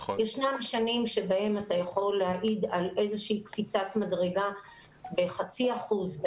יש שנים בהן אתה יכול להעיד על איזושהי קפיצת מדרגה בחצי אחוז,